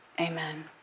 amen